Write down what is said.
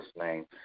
name